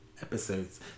episodes